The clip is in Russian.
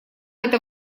эта